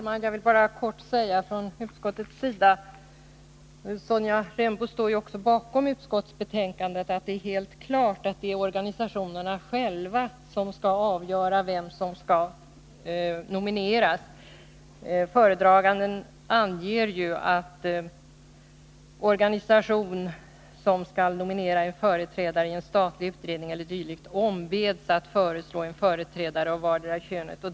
Herr talman! Från utskottets sida vill jag bara helt kort säga — även Sonja Rembo står ju bakom utskottets hemställan — att det är helt klart att det är organisationerna själva som skall avgöra vem som skall nomineras. Föredraganden anger ju att organisation som skall nominera en företrädare i enstatlig utredning e. d. ombeds att föreslå en företrädare av vartdera könet.